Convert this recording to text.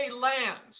lands